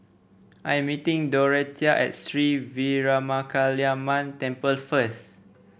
I am meeting Dorathea at Sri Veeramakaliamman Temple first